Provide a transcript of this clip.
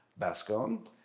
Bascon